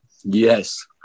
Yes